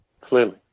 Clearly